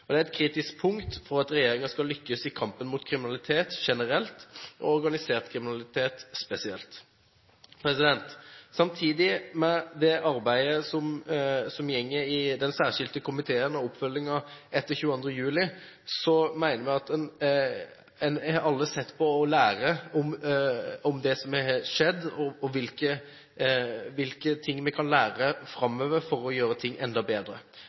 Det er et kritisk punkt for at politiet skal lykkes i kampen mot kriminalitet generelt og organisert kriminalitet spesielt. Samtidig med arbeidet i den særskilte komiteen og oppfølgingen etter 22. juli mener vi at vi alle kan lære av det som har skjedd, og se på hva vi kan gjøre framover for at ting skal bli enda bedre.